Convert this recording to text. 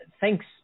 thanks